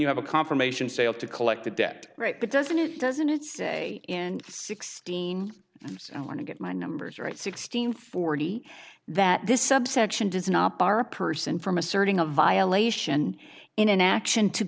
you have a confirmation sale to collect the debt right but doesn't it doesn't it say in sixteen i want to get my numbers right sixteen forty that this subsection does not bar a person from asserting a violation in an action to